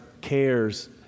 cares